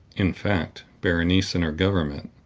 in fact, berenice and her government,